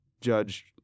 judge